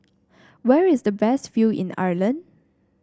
where is the best view in Ireland